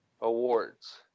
awards